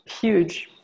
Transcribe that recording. Huge